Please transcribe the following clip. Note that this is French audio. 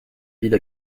ville